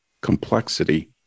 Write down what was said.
Complexity